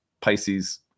Pisces